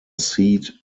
seed